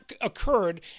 occurred